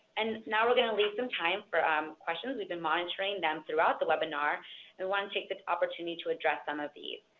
and now we're going to leave some time for um questions. we've been monitoring them throughout the webinar and want to take this opportunity to address some of these.